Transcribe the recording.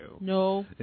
No